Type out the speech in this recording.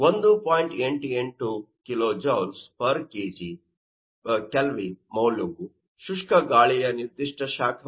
88 kJkg K ಮೌಲ್ಯವು ಶುಷ್ಕ ಗಾಳಿಯ ನಿರ್ದಿಷ್ಟ ಶಾಖವಾಗಿದೆ